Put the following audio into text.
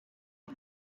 uko